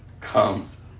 comes